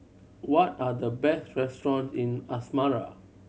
what are the best restaurant in Asmara